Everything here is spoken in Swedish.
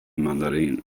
mandarin